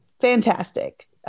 fantastic